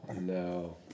No